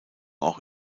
auch